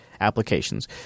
applications